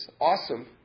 awesome